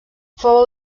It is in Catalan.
fou